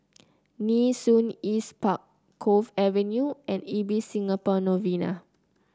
Nee Soon East Park Cove Avenue and Ibis Singapore Novena